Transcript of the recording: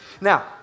Now